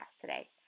today